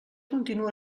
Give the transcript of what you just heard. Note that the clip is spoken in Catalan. continua